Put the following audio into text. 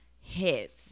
hits